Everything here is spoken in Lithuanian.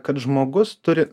kad žmogus turi